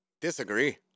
disagree